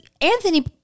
Anthony